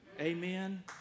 amen